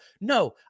no